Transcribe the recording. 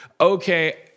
okay